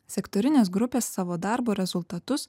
sektorinės grupės savo darbo rezultatus